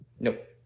Nope